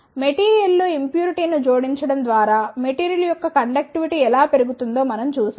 material లో impurity ను జోడించడం ద్వారా మెటీరియల్ యొక్క కండక్టివి టీ ఎలా పెరుగుతుందో మనం చూశాము